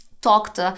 talked